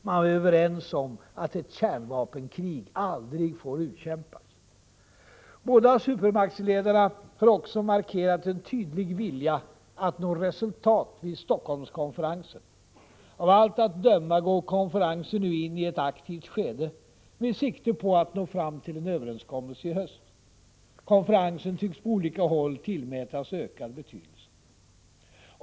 Man var överens om att ett kärnvapenkrig aldrig får utkämpas. Båda supermaktsledarna har också markerat en tydlig vilja att nå resultat vid Helsingforsskonferensen. Av allt att döma går konferensen nu in i ett aktivt skede med sikte på att nå fram till en överenskommelse i höst. Konferensen tycks på olika håll tillmätas ökad betydelse.